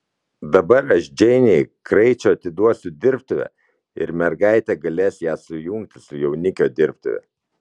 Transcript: dabar aš džeinei kraičio atiduosiu dirbtuvę ir mergaitė galės ją sujungti su jaunikio dirbtuve